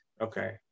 okay